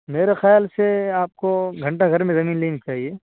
میرے خیال سے آپ کو گھنٹہ گھر میں زمین لینی چاہیے